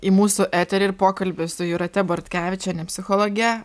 į mūsų eterį ir pokalbį su jūrate bortkevičiene psichologe